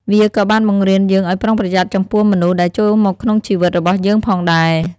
វាក៏បានបង្រៀនយើងឱ្យប្រុងប្រយ័ត្នចំពោះមនុស្សដែលចូលមកក្នុងជីវិតរបស់យើងផងដែរ។